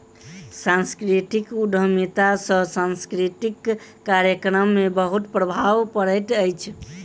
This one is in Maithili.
सांस्कृतिक उद्यमिता सॅ सांस्कृतिक कार्यक्रम में बहुत प्रभाव पड़ैत अछि